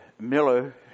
Miller